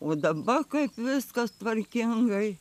o dabar kaip viskas tvarkingai